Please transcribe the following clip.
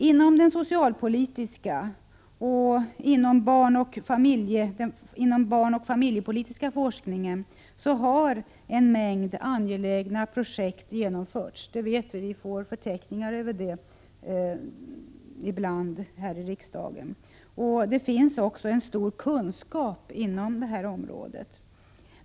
Inom den socialpolitiska och den barnoch familjepolitiska forskningen har en mängd angelägna projekt genomförts — vi får ibland här i riksdagen förteckningar över detta. Det finns en stor kunskap inom området.